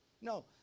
No